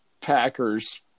Packers